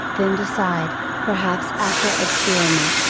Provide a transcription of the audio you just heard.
then decide, perhaps after experiment,